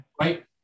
Right